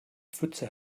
pfütze